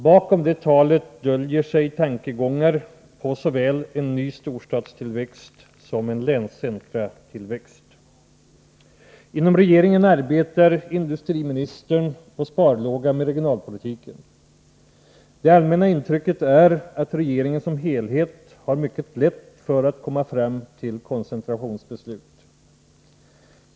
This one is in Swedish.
Bakom det talet döljer sig tankegångar på såväl ny storstadstillväxt som länscentratillväxt. Inom regeringen arbetar industriministern på sparlåga med regionalpolitiken. Det allmänna intrycket är att regeringen som helhet har mycket lätt för att komma fram till koncentrationsbeslut.